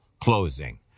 closing